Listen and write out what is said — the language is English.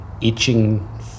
itching